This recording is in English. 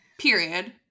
period